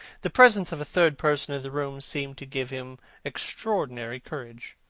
the presence of a third person in the room seemed to give him extraordinary courage.